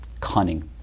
cunning